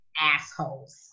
assholes